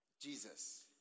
Jesus